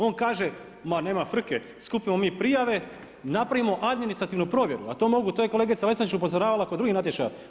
On kaže ma nema frke, skupimo mi prijave, napravimo administrativnu provjeru, a to mogu, to je kolegica Vesna već upozoravala kod drugih natječaja.